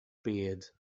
beard